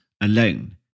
alone